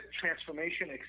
transformation